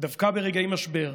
דווקא ברגעי משבר,